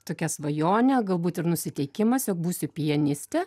tokia svajonė galbūt ir nusiteikimas jog būsiu pianistė